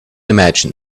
imagine